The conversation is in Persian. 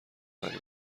برای